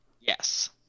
Yes